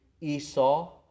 Esau